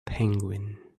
penguin